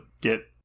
get